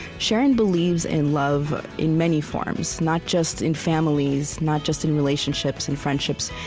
sharon believes in love in many forms not just in families, not just in relationships and friendships,